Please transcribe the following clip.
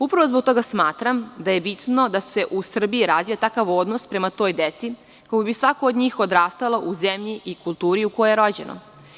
Upravo zbog toga smatram da je bitno da se u Srbiji razvije takav odnos prema toj deci koja bi svako od njih odrastala u zemlji i kulturi u kojoj je rođeno.